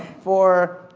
for,